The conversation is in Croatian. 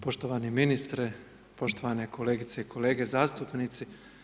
Poštovani ministre, poštovane kolegice i kolege zastupnici.